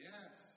Yes